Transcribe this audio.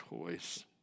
choice